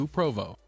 Provo